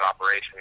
operation